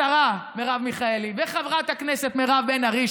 השרה מרב מיכאלי וחברת הכנסת מירב בן ארי,